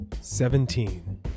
Seventeen